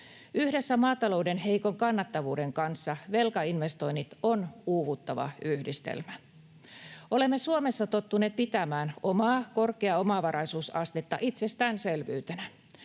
Yhdessä maatalouden heikon kannattavuuden kanssa velkainvestoinnit ovat uuvuttava yhdistelmä. Olemme Suomessa tottuneet pitämään omaa korkeaa omavaraisuusastetta itsestäänselvyytenä.